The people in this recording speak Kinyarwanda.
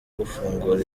gufungura